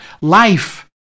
life